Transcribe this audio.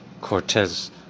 Cortez